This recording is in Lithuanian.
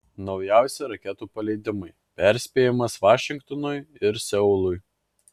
naujausi raketų paleidimai perspėjimas vašingtonui ir seului